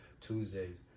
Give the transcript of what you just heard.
Tuesdays